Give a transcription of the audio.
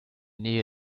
nähe